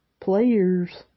players